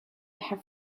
have